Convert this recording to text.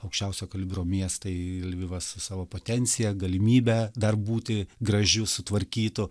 aukščiausio kalibro miestai lvivas su savo potencija galimybe dar būti gražiu sutvarkytu